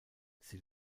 sie